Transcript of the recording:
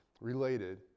related